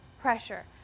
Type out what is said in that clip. pressure